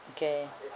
okay